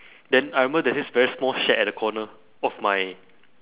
then I remember there's this very small shed at the corner of my